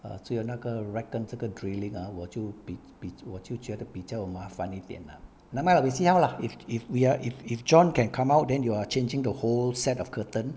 err 只有那个 rack 跟这个 drilling ah 我就比比我就觉得比较麻烦一点啊 never mind we see how lah if if we're if if john can come out then you are changing the whole set of curtain